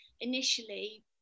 initially